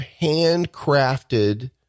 handcrafted